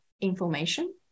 information